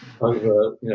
Over